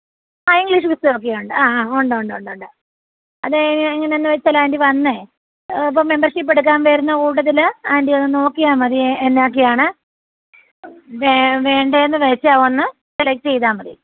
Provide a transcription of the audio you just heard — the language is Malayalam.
ആ ഇങ്ക്ളീഷ് പുസ്തകമൊക്കെയുണ്ട് ആ ഹാ ഉണ്ടൊണ്ടൊണ്ട് അത് എങ്ങനെയാന്ന് വെച്ചാൽ ആൻ്റി വന്നേ ഇപ്പം മെമ്പർഷിപ്പെടുക്കാൻ വരുന്ന കൂട്ടത്തിൽ ആൻ്റി ഒന്ന് നോക്കിയാൽ മതി എന്നാക്കെയാണ് വേണ്ടതെന്ന് വെച്ചാൽ വന്ന് സെലക്റ്റ് ചെയ്താൽ മതി